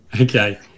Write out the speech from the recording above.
Okay